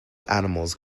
animals